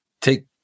take